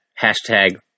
Hashtag